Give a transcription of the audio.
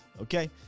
okay